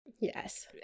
Yes